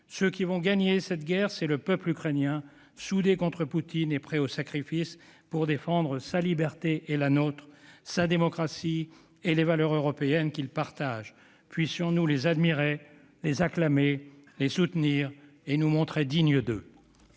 ceux qui vont gagner cette guerre, donc, ce sont surtout les membres du peuple ukrainien soudés contre Poutine et prêts au sacrifice pour défendre sa liberté- et la nôtre -, sa démocratie et les valeurs européennes qu'il partage. Puissions-nous les admirer, les acclamer, les soutenir et nous montrer dignes d'eux